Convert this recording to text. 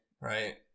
right